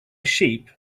sheep